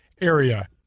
Area